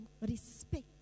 respect